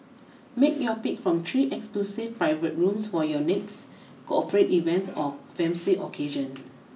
make your pick from three exclusive private rooms for your next corporate events or fancy occasion